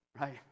right